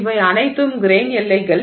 இவை அனைத்தும் கிரெய்ன் எல்லைகள்